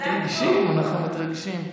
אנחנו מתרגשים.